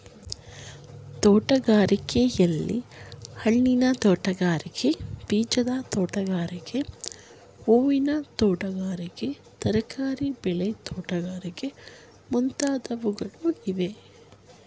ತೋಟಗಾರಿಕೆಯಲ್ಲಿ, ಹಣ್ಣಿನ ತೋಟಗಾರಿಕೆ, ಬೀಜದ ತೋಟಗಾರಿಕೆ, ಹೂವಿನ ತೋಟಗಾರಿಕೆ, ತರಕಾರಿ ಬೆಳೆ ತೋಟಗಾರಿಕೆ ಮುಂತಾದವುಗಳಿವೆ